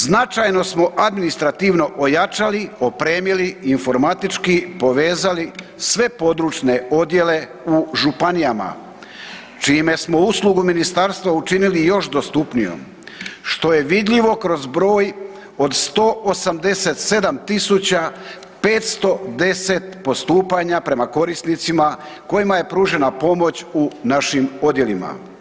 Značajno smo administrativno ojačali, opremili i informatički povezali sve područne odjele u županijama, čime smo uslugu ministarstva učinili još dostupnijom, što je vidljivo kroz broj od 187.510 postupanja prema korisnicima kojima je pružena pomoć u našim odjelima.